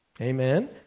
Amen